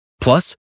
Plus